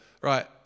Right